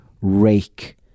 rake